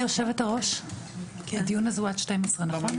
גברתי יושבת הראש, הדיון הזה הוא עד 12:00, נכון?